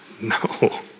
No